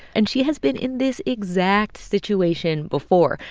and she has been in this exact situation before.